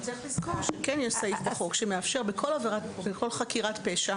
צריך לזכור שכן יש סעיף בחוק שמאפשר בכל חקירת פשע